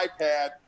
iPad